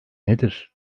nedir